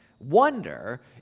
wonder